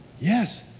Yes